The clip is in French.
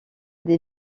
des